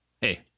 Hey